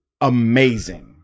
amazing